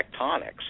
tectonics